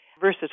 versus